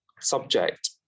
subject